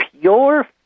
pure